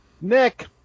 Nick